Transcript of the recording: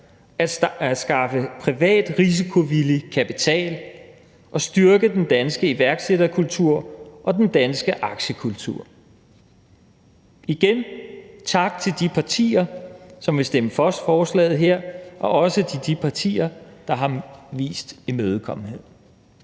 at skaffe privat risikovillig kapital og styrke den danske iværksætterkultur og den danske aktiekultur. Igen, tak til de partier, som vil stemme for forslaget her, og også tak til de partier, der har vist imødekommenhed.